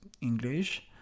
English